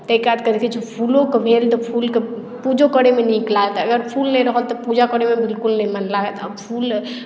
ताहिके बाद कहै छै फुलोके भेल तऽ फुलके पूजो करैमे नीक लागल अगर फुल नहि रहल तऽ पूजा करैमे बिल्कुल नहि मन लागत आ फुल